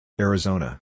Arizona